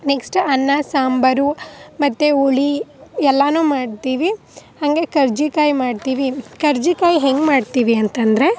next ಅನ್ನ ಸಾಂಬಾರು ಮತ್ತೆ ಹುಳಿ ಎಲ್ಲನೂ ಮಾಡ್ತೀವಿ ಹಾಗೆ ಕರ್ಜಿಕಾಯಿ ಮಾಡ್ತೀವಿ ಕರ್ಜಿಕಾಯಿ ಹೆಂಗೆ ಮಾಡ್ತೀವಿ ಅಂತ ಅಂದ್ರೆ